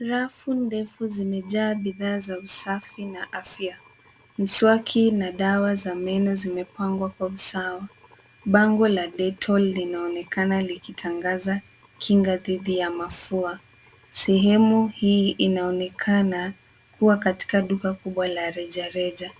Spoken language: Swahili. Rafu ndefu zimejaa bidhaa za usafi na afya. Mswaki na dawa za meno zimepangwa kwa usawa. Bango la Dettol linaonekana likitangaza kinga dhidi ya mafua. Sehemu hii inaonekana kuwa katika duka kubwa la rejareja.